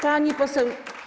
Pani poseł.